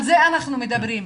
על זה אנחנו מדברים.